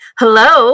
hello